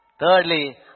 Thirdly